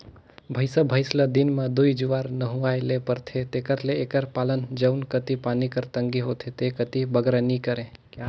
भंइसा भंइस ल दिन में दूई जुवार नहुवाए ले परथे तेकर ले एकर पालन जउन कती पानी कर तंगी होथे ते कती बगरा नी करें